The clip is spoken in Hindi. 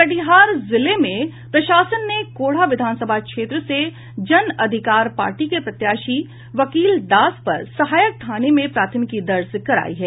कटिहार जिले में प्रशासन ने कोढ़ा विधानसभा क्षेत्र से जन अधिकार पार्टी के प्रत्याशी वकील दास पर सहायक थाने में प्राथमिकी दर्ज करायी है